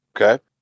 Okay